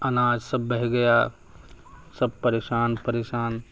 اناج سب بہہ گیا سب پریشان پریشان